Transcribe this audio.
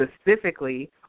specifically